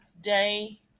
day